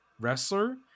wrestler